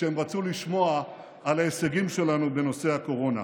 כשהם רצו לשמוע על ההישגים שלנו בנושא הקורונה.